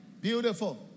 beautiful